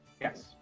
Yes